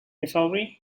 missouri